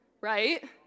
right